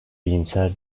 iyimser